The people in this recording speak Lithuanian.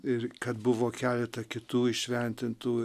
ir kad buvo keleta kitų įšventintų